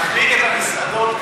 להחריג את המסעדות,